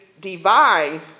divine